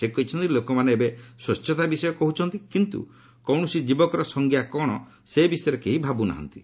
ସେ କହିଛନ୍ତି ଲୋକମାନେ ଏବେ ସ୍ୱଚ୍ଚତା ବିଷୟ କହୁଛନ୍ତି କିନ୍ତୁ କୌଣସି ଯୁବକର ସାଂଜ୍ଞା କ'ଣ ସେ ବିଷୟ କେହି ଭାବ୍ ନାହାନ୍ତି